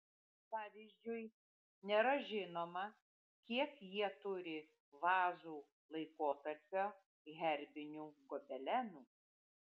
pavyzdžiui nėra žinoma kiek jie turi vazų laikotarpio herbinių gobelenų